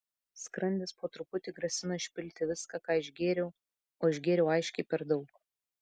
skrandis po truputį grasino išpilti viską ką išgėriau o išgėriau aiškiai per daug